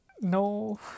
No